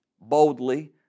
boldly